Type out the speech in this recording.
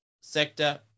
sector